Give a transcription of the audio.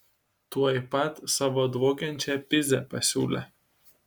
tuoj pat savo dvokiančią pizę pasiūlė